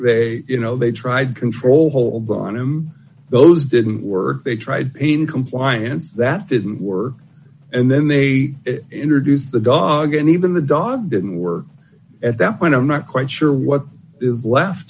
they you know they tried control hold on him those didn't were they tried in compliance that didn't work and then they introduce the dog and even the dog didn't work at that point i'm not quite sure what is left